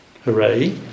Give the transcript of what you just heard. Hooray